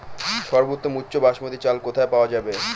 সর্বোওম উচ্চ বাসমতী চাল কোথায় পওয়া যাবে?